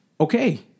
okay